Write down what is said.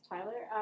Tyler